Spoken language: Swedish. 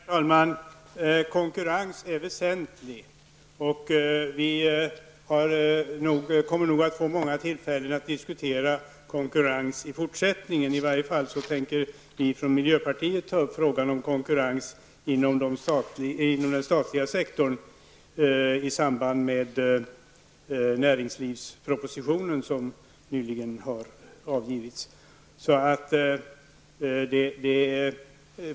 Herr talman! Konkurrens är väsentlig, och vi kommer nog i fortsättningen att få många tillfällen att diskutera konkurrens. I varje fall tänker vi i miljöpartiet ta upp frågan om konkurrens inom den statliga sektorn i samband med näringslivspropositionen som nyligen har lagts fram.